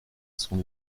son